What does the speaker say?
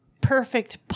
perfect